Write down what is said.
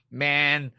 man